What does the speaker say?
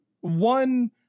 one